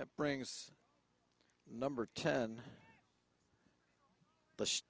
that brings the number ten the